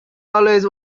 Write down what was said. always